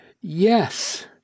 yes